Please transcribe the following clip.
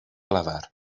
lafar